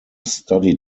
study